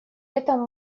этом